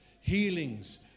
healings